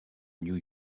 new